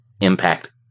impact